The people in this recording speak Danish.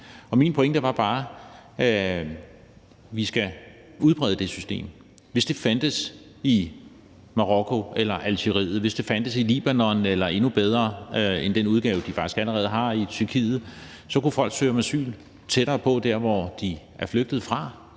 og min pointe var bare, at vi skal udbrede det system. Hvis det fandtes i Marokko eller Algeriet, hvis det fandtes i Libanon, eller hvis det fandtes i en endnu bedre udgave end den, de faktisk allerede har i Tyrkiet, så kunne folk søge om asyl tættere på, hvor de er flygtet fra,